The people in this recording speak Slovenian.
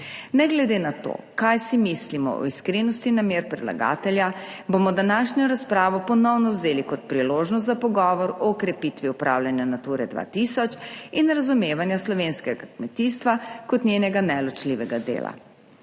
Ne glede na to, kaj si mislimo o iskrenosti namer predlagatelja, bomo današnjo razpravo ponovno vzeli kot priložnost za pogovor o krepitvi upravljanja Nature 2000 in razumevanja slovenskega kmetijstva kot njenega neločljivega dela.